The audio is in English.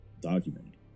documented